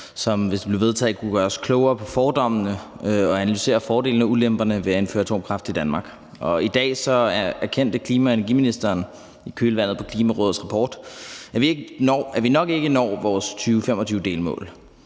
som, hvis det blev vedtaget, kunne gøre os klogere på fordommene og gøre det muligt at analysere fordelene og ulemperne ved at indføre atomkraft i Danmark. I dag erkendte klima- og energiministeren i kølvandet på Klimarådets rapport, at vi nok ikke når vores 2025-delmål.